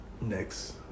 Next